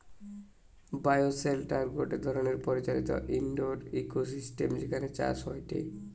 bioshelter গটে ধরণের পরিচালিত ইন্ডোর ইকোসিস্টেম যেখানে চাষ হয়টে